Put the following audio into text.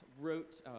wrote